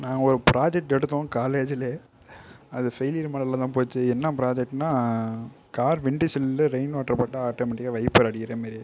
நான் ஒரு ப்ராஜெக்ட் எடுத்தோம் காலேஜில் அது ஃபெய்லியர் மாடலில் தான் போச்சு என்னா ப்ராஜெக்ட்னால் கார் விண்ட்டிஷல்லில் ரெயின் வாட்டர் பட்டால் ஆட்டோமேட்டிக்காக வைப்பர் அடிக்கிற மாதிரி